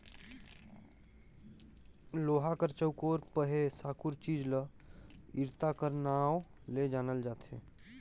लोहा कर चउकोर पहे साकुर चीज ल इरता कर नाव ले जानल जाथे